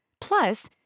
Plus